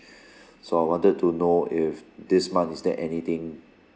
so I wanted to know if this month is there anything